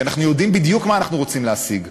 כי אנחנו יודעים בדיוק מה אנחנו רוצים להשיג.